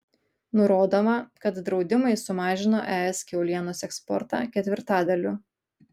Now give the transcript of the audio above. nurodoma kad draudimai sumažino es kiaulienos eksportą ketvirtadaliu